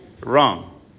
Wrong